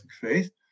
faith